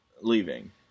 leaving